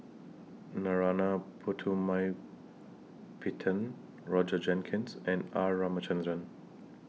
Narana Putumaippittan Roger Jenkins and R Ramachandran